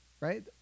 right